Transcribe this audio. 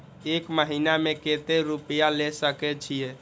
एक महीना में केते रूपया ले सके छिए?